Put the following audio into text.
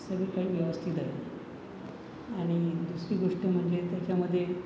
सगळं काही व्यवस्थित आहे आणि दुसरी गोष्ट म्हणजे त्याच्यामध्ये